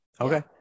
okay